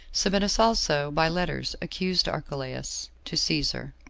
sabinus also, by letters, accused archelaus to caesar.